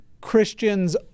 Christians